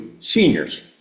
seniors